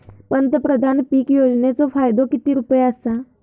पंतप्रधान पीक योजनेचो फायदो किती रुपये आसा?